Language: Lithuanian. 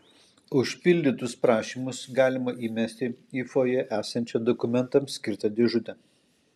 užpildytus prašymus galima įmesti į fojė esančią dokumentams skirtą dėžutę